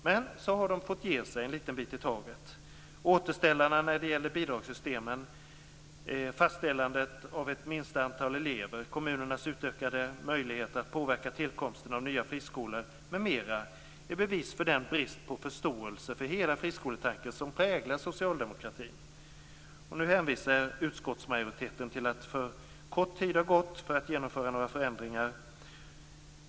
Men så har de fått ge sig en liten bit i taget. Återställarna när det gäller bidragssystemen, fastställandet av ett minsta antal elever, kommunernas utökade möjligheter att påverka tillkomsten av nya friskolor m.m. är bevis för den brist på förståelse för hela friskoletanken som präglar socialdemokratin. Nu hänvisar utskottsmajoriteten till att för kort tid har gått för att genomföra några förändringar.